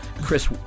Chris